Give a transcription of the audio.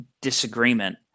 disagreement